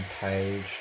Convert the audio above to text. Page